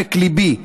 מעומק ליבי תודה,